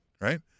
right